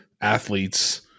athletes